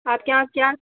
आपके यहाँ क्या